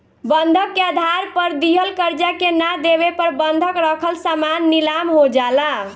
बंधक के आधार पर दिहल कर्जा के ना देवे पर बंधक रखल सामान नीलाम हो जाला